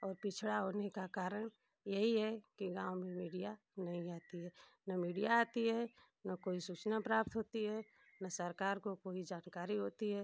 और पिछड़ा होने का कारण यही है कि गाँव में मीडिया नहीं आती है न मीडिया आती है ना कोई सूचना प्राप्त होती है न सरकार को कोई जानकारी होती है